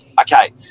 Okay